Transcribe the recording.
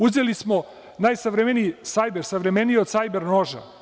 Uzeli smo najsavremeniji sajber, savremeniji od sajber noža.